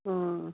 ꯑꯣ